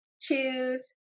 choose